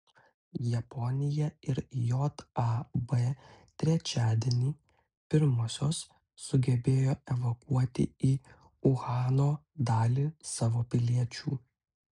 japonija ir jav trečiadienį pirmosios sugebėjo evakuoti į uhano dalį savo piliečių